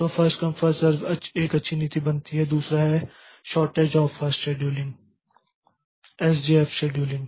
तो first come first serve एक अच्छी नीति बनती है दूसरा है shortest job first scheduling SJF scheduling